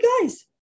guys